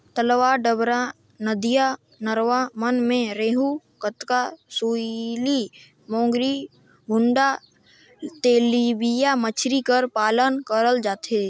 तलवा डबरा, नदिया नरूवा मन में रेहू, कतला, सूइली, मोंगरी, भुंडा, तेलपिया मछरी कर पालन करल जाथे